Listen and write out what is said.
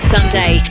Sunday